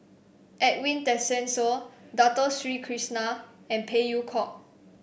Edwin Tessensohn Dato Sri Krishna and Phey Yew Kok